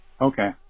Okay